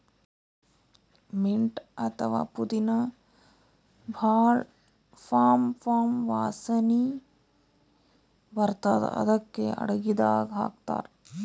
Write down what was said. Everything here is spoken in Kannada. ಮಿಂಟ್ ಅಥವಾ ಪುದಿನಾ ಭಾಳ್ ಘಮ್ ಘಮ್ ವಾಸನಿ ಬರ್ತದ್ ಅದಕ್ಕೆ ಅಡಗಿದಾಗ್ ಹಾಕ್ತಾರ್